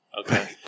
okay